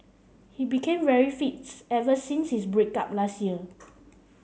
he became very fit ever since his break up last year